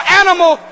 animal